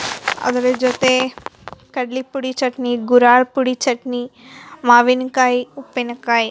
ಅದ್ರ ಜೊತೆ ಕಡಲೆ ಪುಡಿ ಚಟ್ನಿ ಗುರಾಳ್ ಪುಡಿ ಚಟ್ನಿ ಮಾವಿನ್ಕಾಯಿ ಉಪ್ಪಿನಕಾಯಿ